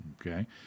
Okay